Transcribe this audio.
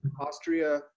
Austria